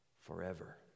forever